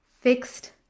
fixed